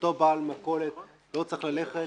שאותו בעל מכולת לא צריך ללכת